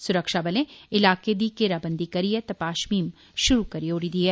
सुरक्षाबलें इलाके दी घेराबंदी करियै तपाश मुहीम शुरु करी ओड़ी दी ऐ